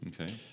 Okay